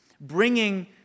bringing